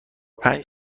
پنج